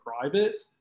private